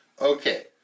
Okay